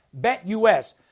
BetUS